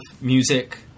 music